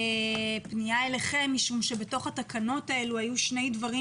פנייה אליכם משום שבתוך התקנות האלה היו שני דברים